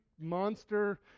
monster